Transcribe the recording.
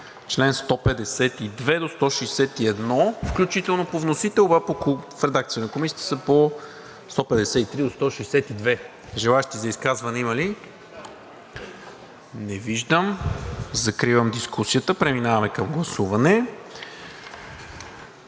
чл. 152 до 161, включително по вносител, а в редакция на Комисията са от 153 до 162. Желаещи за изказване има ли? Не виждам. Закривам дискусията. Преминаваме към гласуване.